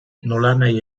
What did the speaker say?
nolanahi